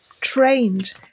trained